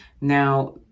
Now